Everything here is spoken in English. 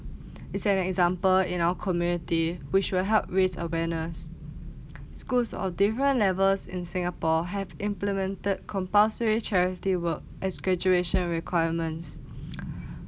is an example you know community which will help raise awareness schools of different levels in singapore have implemented compulsory charity work as graduation requirements